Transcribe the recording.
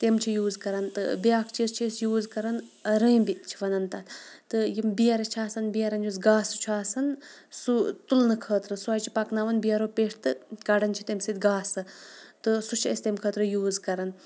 تِم چھِ یوٗز کَران تہٕ بیٛاکھ چیٖز چھِ أسۍ یوٗز کَران رمبہٕ چھِ وَنان تَتھ تہٕ یِم بیرٕ چھِ آسان بیرَن یُس گاسہٕ چھُ آسان سُہ تُلنہٕ خٲطرٕ سۄے چھِ پَکناوان بیرو پیٚٹھ تہٕ کَڑان چھِ تیٚمہِ سۭتۍ گاسہٕ تہٕ سُہ چھِ أسۍ تیٚمہِ خٲطرٕ یوٗز کَران